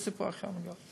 זה סיפור אחר לגמרי.